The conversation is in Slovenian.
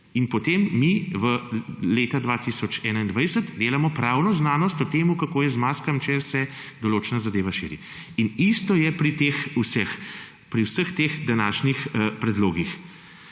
sto let, mi leta 2021 delamo pravno znanost o tem, kako je z maskami, če se določena zadeva širi. In isto je pri vseh teh današnjih predlogih.